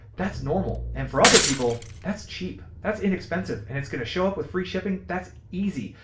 that's normal. and for other people that's cheap, that's inexpensive. and it's going to show up with free shipping. that's easy.